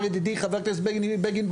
כאן ידידי חבר הכנסת בני בגין,